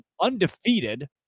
undefeated